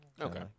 Okay